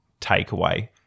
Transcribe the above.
takeaway